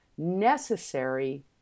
necessary